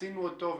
חצינו אותו.